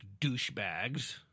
douchebags